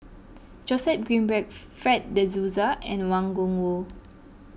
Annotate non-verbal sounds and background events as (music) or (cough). Joseph Grimberg (unintelligible) Fred De Souza and Wang Gungwu